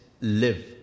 live